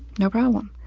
no problem.